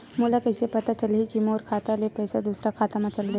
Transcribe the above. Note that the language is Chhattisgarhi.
मोला कइसे पता चलही कि मोर खाता ले पईसा दूसरा खाता मा चल देहे?